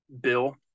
bill